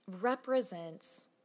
represents